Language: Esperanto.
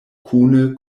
kune